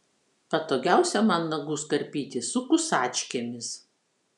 patogiausia man nagus karpyti su kusačkėmis